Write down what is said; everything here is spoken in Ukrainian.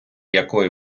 якої